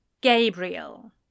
Gabriel